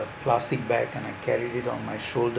a plastic bag and I carried it on my shoulder